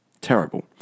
Terrible